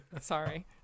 sorry